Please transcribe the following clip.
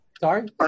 Sorry